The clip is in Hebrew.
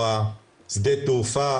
או השדה תעופה,